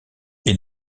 est